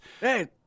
Hey